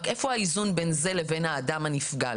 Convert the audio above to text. רק איפה האיזון בין זה לבין האדם הנפגע,